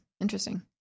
Interesting